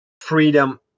freedom